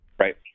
Right